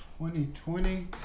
2020